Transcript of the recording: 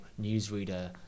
newsreader